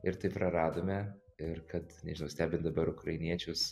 ir taip praradome ir kad nežinau stebint dabar ukrainiečius